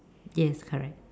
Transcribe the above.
yes correct